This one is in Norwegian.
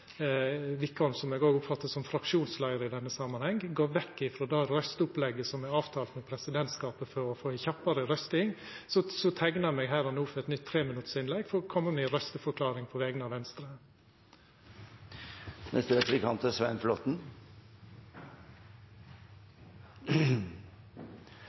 sånn som eg oppfattar, at Wickholm, som eg oppfattar som fraksjonsleiar i denne samanheng, går vekk ifrå det røysteopplegget som me har avtalt med presidentskapet for å få ei kjappare avrøysting, teiknar eg meg her og no for eit nytt 3-minutters innlegg for å koma med ei røysteforklaring på vegner av Venstre.